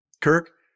Kirk